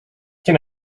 can